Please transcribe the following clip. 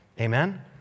Amen